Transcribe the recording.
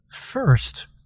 first